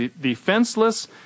defenseless